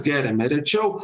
geriame rečiau